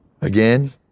again